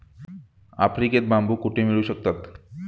आफ्रिकेत बांबू कुठे मिळू शकतात?